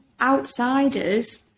outsiders